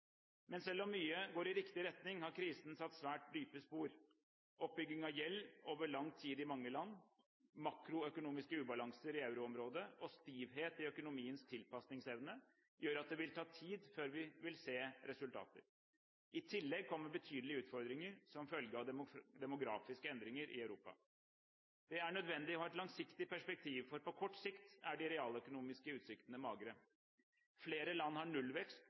Men selv om mye går i riktig retning, har krisen satt svært dype spor. Oppbygging av gjeld over lang tid i mange land, makroøkonomiske ubalanser i euroområdet og stivhet i økonomiens tilpasningsevne gjør at det vil ta tid før vi ser resultater. I tillegg kommer betydelige utfordringer som følge av demografiske endringer i Europa. Det er nødvendig å ha et langsiktig perspektiv, for på kort sikt er de realøkonomiske utsiktene magre. Flere land har nullvekst